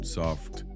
soft